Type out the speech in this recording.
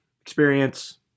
experience